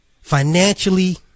financially